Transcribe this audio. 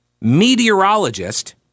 meteorologist